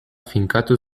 finkatu